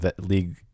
league